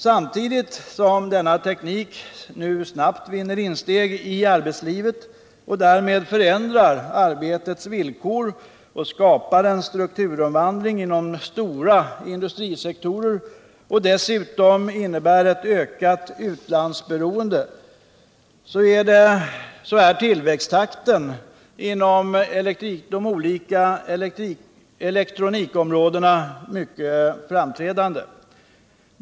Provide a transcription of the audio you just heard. Samtidigt som denna teknik nu snabbt vinner insteg i arbetslivet och därmed förändrar arbetsvillkoren, skapar en strukturomvandling inom stora industrisektorer och dessutom innebär ett ökat utlandsberoende, så är tillväxttakten inom de olika elektronikområdena mycket stark.